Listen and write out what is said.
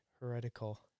heretical